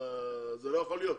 זה לא יכול להיות.